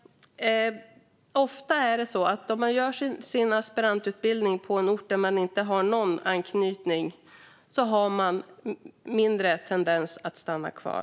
Om man gör sin aspirantutbildning på en ort där man inte har någon anknytning är man ofta mindre benägen att stanna kvar.